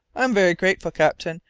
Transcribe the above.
i am very grateful, captain,